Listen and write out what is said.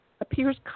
appears